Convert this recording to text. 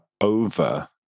over